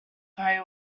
very